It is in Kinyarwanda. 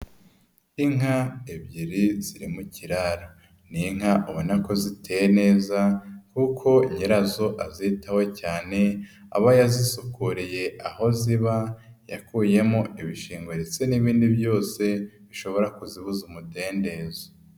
Inka ebyiri ziri mu kiraro, ni inka ubona ko ziteye neza kuko nyirazo azitaho cyane aba yazisukuriye aho ziba yakuyemo ibishingwe ndetse n'ibindi byose bishobora kuzibuza umudendezo.